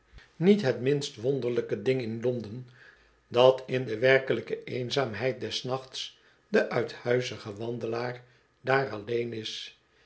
niet het minst wonderlijke ding in londen dat in de werkelijke eenzaamheid des nachts de uithuizige wandelaar daar alleen is